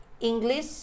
English